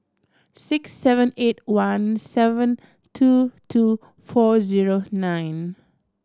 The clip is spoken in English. six seven eight one seven two two four zero nine